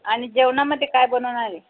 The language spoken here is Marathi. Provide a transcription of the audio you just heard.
आणि जेवणामध्ये काय बनवणार आहे